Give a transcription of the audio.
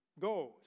go